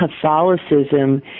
Catholicism